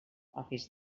office